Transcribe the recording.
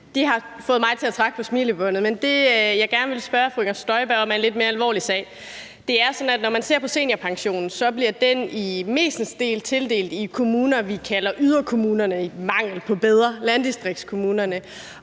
De fik mig til at trække på smilebåndet. Men det, jeg gerne vil spørge fru Inger Støjberg om, er en lidt mere alvorlig sag. Det er sådan, at når man ser på seniorpensionen, så bliver den mestendels tildelt i de kommuner, vi kalder yderkommunerne, eller i mangel af bedre landdistriktskommunerne.